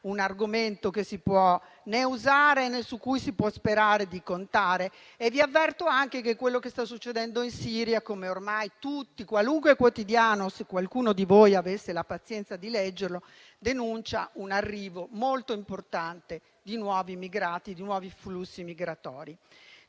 un argomento che si può usare, né su cui si può sperare di contare, vi avverto anche che con quello che sta succedendo in Siria, come ormai denuncia qualunque quotidiano, se qualcuno di voi avesse la pazienza di leggerlo, lascia prevedere un arrivo molto importante di nuovi flussi migratori.